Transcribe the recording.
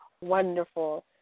Wonderful